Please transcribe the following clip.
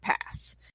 pass